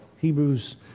Hebrews